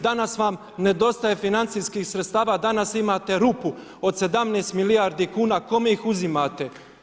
Danas vam nedostaje financijskih sredstava, danas imate rupu od 17 milijarde, kome ih uzimate?